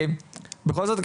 בכל זאת,